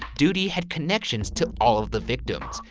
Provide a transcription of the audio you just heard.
doodie had connections to all of the victims.